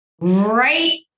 right